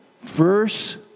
Verse